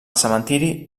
cementiri